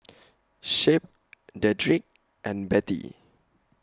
Shep Dedrick and Bettie